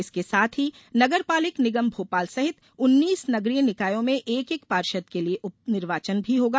इसके साथ ही नगरपालिक निगम भोपाल सहित उन्नीस नगरीय निकायों में एक एक पार्षद के लिए उप निर्वाचन भी होगा